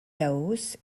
laos